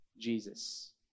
Jesus